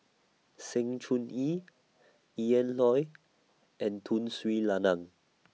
Sng Choon Yee Ian Loy and Tun Sri Lanang